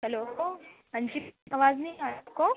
hello ہاں جی آواز نہیں آ رہی آپ کو